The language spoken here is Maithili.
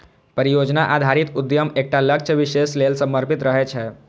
परियोजना आधारित उद्यम एकटा लक्ष्य विशेष लेल समर्पित रहै छै